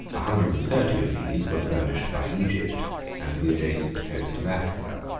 a hundred and thirty of these were furnished by egypt and the adjacent coast of africa.